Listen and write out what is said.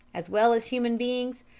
as well as human beings,